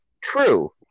True